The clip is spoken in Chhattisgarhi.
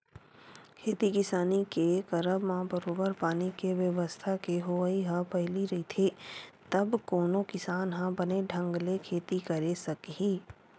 खेती किसानी के करब म बरोबर पानी के बेवस्था के होवई ह पहिली रहिथे तब कोनो किसान ह बने ढंग ले खेती करे सकही